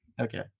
Okay